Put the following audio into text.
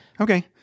Okay